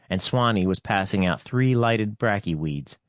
and swanee was passing out three lighted bracky weeds.